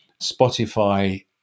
Spotify